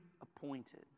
appointed